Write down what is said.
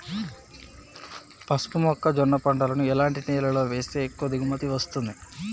పసుపు మొక్క జొన్న పంటలను ఎలాంటి నేలలో వేస్తే ఎక్కువ దిగుమతి వస్తుంది?